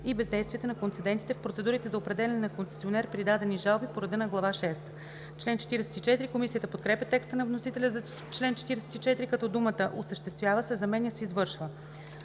и бездействията на концедентите в процедурите за определяне на концесионер при подадени жалби по реда на глава шеста.“ Комисията подкрепя текста на вносителя за чл. 44 като думата „осъществява“ се заменя с „извършва“.